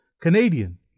Canadian